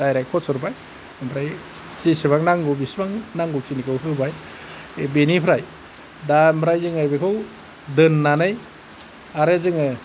दारेक फसरबाय आमफ्राय जेसेबां नांगौ इसेबां नांगौ खिनिखौ होबाय बिनिफ्राय दा ओमफ्राय जोङो बिखौ दोननानै आरो जोङो